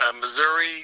Missouri